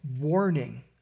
warning